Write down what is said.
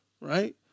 right